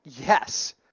Yes